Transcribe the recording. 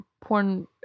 porn